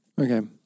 Okay